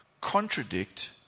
contradict